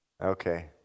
Okay